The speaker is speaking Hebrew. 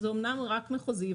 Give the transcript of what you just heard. אמנם זה רק מחוזי,